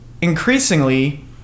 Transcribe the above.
increasingly